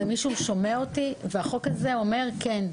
זאת השאלה אם מישהו שומע אותי והחוק הזה אומר: כן.